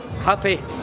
happy